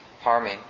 harming